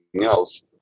else